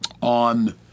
on